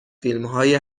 فیلمهای